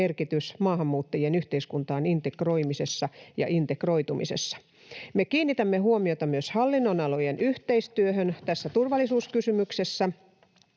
maahanmuuttajien yhteiskuntaan integroimisessa ja integroitumisessa. Me kiinnitämme huomiota myös hallinnonalojen yhteistyöhön tässä turvallisuuskysymyksessä,